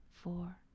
four